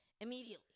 immediately